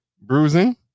bruising